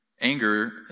Anger